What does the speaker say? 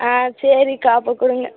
ஆ சரிக்கா அப்போ கொடுங்க